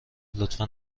لطفا